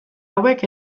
hauek